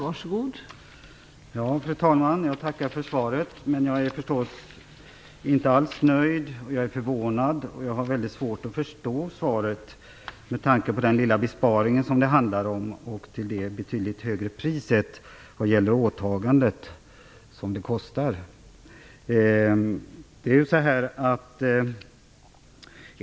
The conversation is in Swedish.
Fru talman! Jag tackar för svaret. Jag är förstås inte alls nöjd. Jag är förvånad, och jag har väldigt svårt att förstå svaret med tanke på den lilla besparing det handlar om i förhållande till det betydligt högre pris som det kostar vad gäller åtagandet.